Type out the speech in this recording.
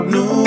New